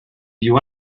you